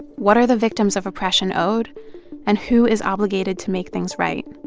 what are the victims of oppression owed and who is obligated to make things right